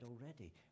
already